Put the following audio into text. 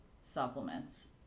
supplements